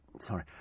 Sorry